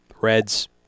Reds